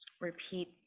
repeat